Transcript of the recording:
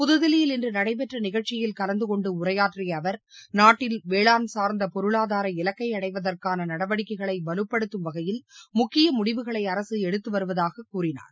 புத்தில்லியில் இன்று நடைபெற்ற நிகழ்ச்சியில் கலந்தகொண்டு உரையாற்றிய அவர் நாட்டில் வேளாண் சார்ந்த பொருளாதார இலக்கை அடைவதற்கான நடவடிக்கைகைளை வலுப்படுத்தம் வகையில் முக்கிய முடிவுகளை அரசு எடுத்து வருவதாக கூறினார்